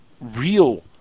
real